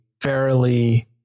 fairly